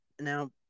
Now